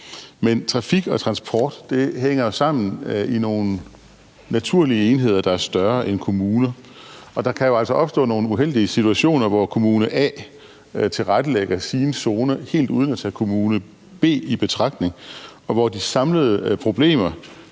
Men trafik og transport hænger jo sammen i nogle naturlige enheder, der er større end kommuner, og der kan jo altså opstå nogle uheldige situationer, hvor kommune a tilrettelægger sine zoner helt uden at tage kommune b i betragtning, hvor de samlede problemer